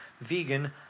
vegan